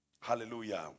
Hallelujah